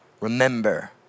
remember